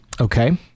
Okay